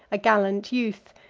a gallant youth,